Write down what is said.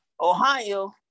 Ohio